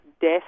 death